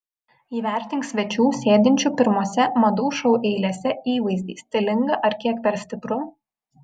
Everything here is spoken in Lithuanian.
įvertink svečių sėdinčių pirmose madų šou eilėse įvaizdį stilinga ar kiek per stipru